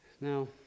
Now